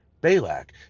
Balak